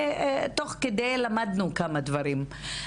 ותוך כדי למדנו כמה דברים.